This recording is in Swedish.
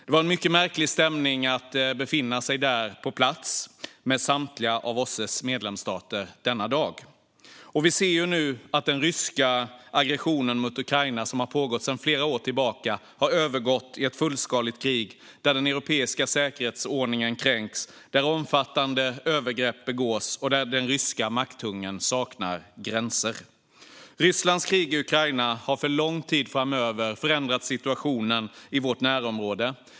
Det var en mycket märklig stämning att befinna sig på plats med OSSE:s samtliga medlemsstater denna dag. Vi ser nu att den ryska aggressionen mot Ukraina, som har pågått sedan flera år tillbaka, har utvecklats till ett fullskaligt krig där den europeiska säkerhetsordningen kränks, där omfattande övergrepp begås och där den ryska makthungern saknar gränser. Rysslands krig i Ukraina har för lång tid framöver förändrat situationen i vårt närområde.